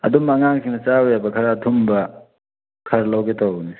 ꯑꯗꯨꯝ ꯑꯉꯥꯡꯁꯤꯡꯅ ꯆꯥꯕ ꯌꯥꯕ ꯈꯔ ꯑꯊꯨꯝꯕ ꯈꯔ ꯂꯧꯒꯦ ꯇꯧꯕꯅꯦ